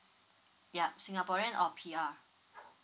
yup singaporean or P_R